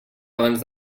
abans